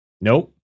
Nope